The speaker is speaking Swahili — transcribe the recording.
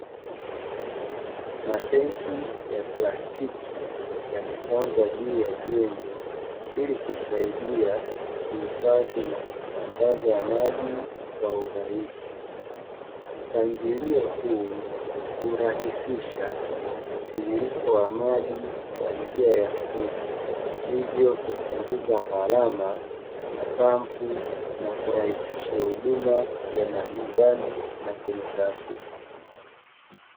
Matenki ya plasti yamepangwa juu ya jengo ili kusaidia kuifadhi na kusambaza maji kwa urahisi ,mpangilio huu hurahisisha mtiriririko wa maji kwa njia ya mvuto, hivyo kupunguza gharama ya pampu na kurahisisha huduma ya majumbani na kwenye taasisi.